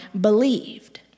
believed